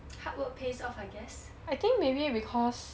hard work pays off I guess